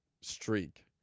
streak